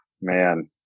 man